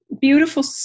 beautiful